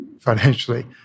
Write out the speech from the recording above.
financially